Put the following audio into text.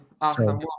awesome